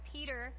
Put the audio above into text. Peter